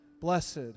Blessed